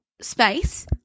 space